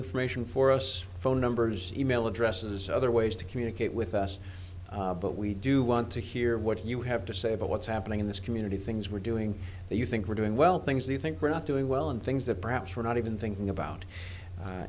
information for us phone numbers email addresses other ways to communicate with us but we do want to hear what you have to say about what's happening in this community things we're doing that you think we're doing well things they think we're not doing well and things that perhaps we're not even thinking about